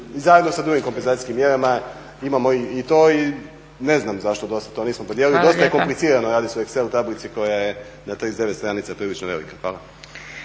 zajedno sa drugim kompenzacijskim mjerama i imamo i to. Ne znam zašto to do sada nismo podijelili dosta je komplicirano, radi se u excel tablici koja je na 39 stranica prilično velika. Hvala.